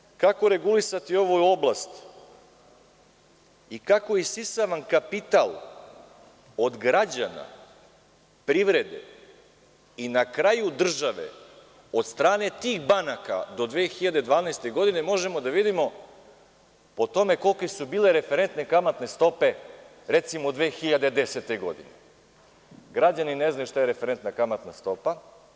Pitanje kako regulisati ovu oblast i kako isisavan kapital od građana privrede i na kraju države od strane tih banaka do 2012. godine, možemo da vidimo po tome kolike su bile referentne kamatne stope, recimo, 2010. godine, građani ne znaju šta je referentna kamatna stopa.